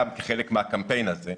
כחלק מהקמפיין הזה,